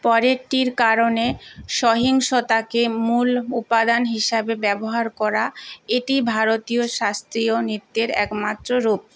পরেরটির কারণে সহিংসতাকে মূল উপাদান হিসাবে ব্যবহার করা এটিই ভারতীয় শাস্ত্রীয় নৃত্যের একমাত্র রূপ